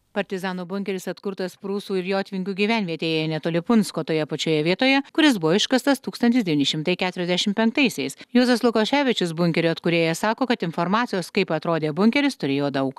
partizanų bunkeris atkurtas prūsų ir jotvingių gyvenvietėje netoli punsko toje pačioje vietoje kur jis buvo iškastas tūkstantis devyni šimtai keturiasdešim penktaisiais juozas lukoševičius bunkerio atkūrėjas sako kad informacijos kaip atrodė bunkeris turėjo daug